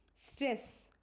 stress